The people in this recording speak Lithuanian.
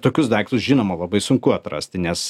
tokius daiktus žinoma labai sunku atrasti nes